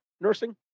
nursing